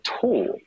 tool